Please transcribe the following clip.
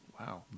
Wow